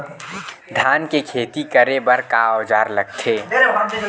धान के खेती करे बर का औजार लगथे?